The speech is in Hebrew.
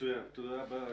תודה רבה.